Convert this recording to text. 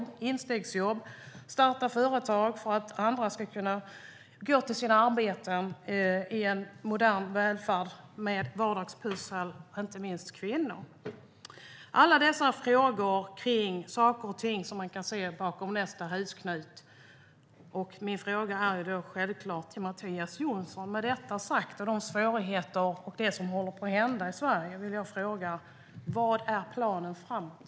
Det handlar om instegsjobb och om att starta företag för att andra ska kunna gå till sina arbeten i en modern välfärd med vardagspussel, inte minst för kvinnor. Det handlar om alla dessa frågor kring saker och ting som man kan se bakom nästa husknut. Med detta sagt och med tanke på svårigheterna och det som håller på att hända i Sverige vill jag fråga Mattias Jonsson: Vad är planen framåt?